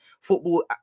football